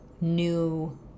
new